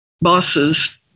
bosses